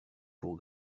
pour